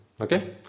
okay